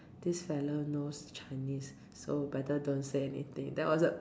this fella knows Chinese so better don't say anything then I was like